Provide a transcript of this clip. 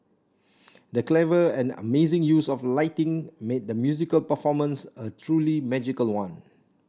the clever and amazing use of lighting made the musical performance a truly magical one